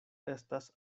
estas